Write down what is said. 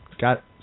got